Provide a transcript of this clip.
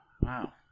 Wow